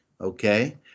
okay